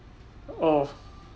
oh